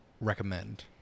recommend